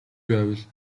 байвал